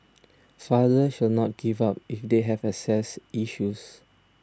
fathers should not give up if they have access issues